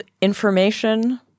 information